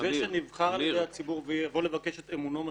זה שנבחר על ידי הציבור ויבוא לבקש את אמונו מחדש,